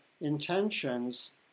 intentions